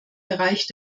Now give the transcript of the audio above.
bereich